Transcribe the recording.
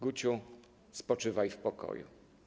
Guciu, spoczywaj w pokoju.